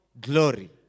Glory